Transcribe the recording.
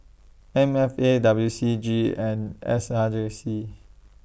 M F A W C G and S R J C